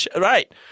right